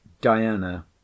Diana